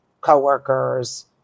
coworkers